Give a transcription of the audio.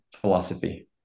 philosophy